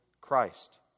Christ